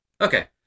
okay